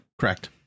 Correct